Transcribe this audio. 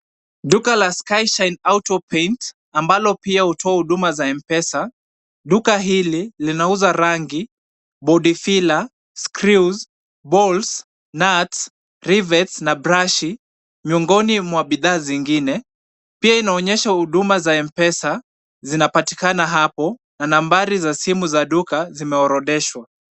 Duka la Skyshine auto paint, ambalo pia hutoa huduma za Mpesa. Duka hili linauza rangi, body filler, screws, bolts, nuts, rivets na brashi miongoni mwa bidhaa zingine, pia inaonyesha huduma za Mpesa zinapatikana hapo na nambari za simu za duka zimeorodheshwa.